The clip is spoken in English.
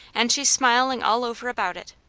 and she's smiling all over about it.